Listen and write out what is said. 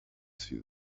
see